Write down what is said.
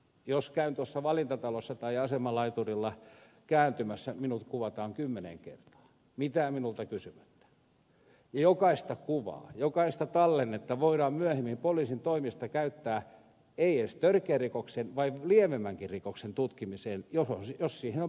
jos käyn tuossa valintatalossa tai asemalaiturilla kääntymässä minut kuvataan kymmenen kertaa mitään minulta kysymättä ja jokaista kuvaa jokaista tallennetta voidaan myöhemmin poliisin toimesta käyttää ei edes törkeän rikoksen vaan lievemmänkin rikoksen tutkimiseen jos siihen on perusteltua syytä